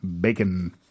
bacon